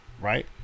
right